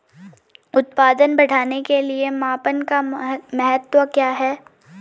उत्पादन बढ़ाने के मापन का महत्व क्या है?